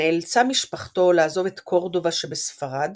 נאלצה משפחתו לעזוב את קורדובה שבספרד